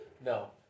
No